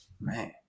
Man